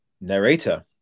narrator